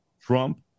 Trump